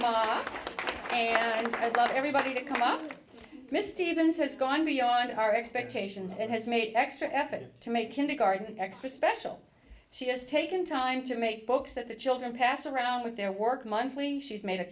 got everybody to come up misty vince has gone beyond our expectations and has made extra effort to make kindergarten extra special she has taken time to make books that the children pass around with their work monthly she's made a